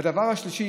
והדבר השלישי,